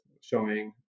showing